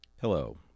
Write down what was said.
Hello